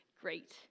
great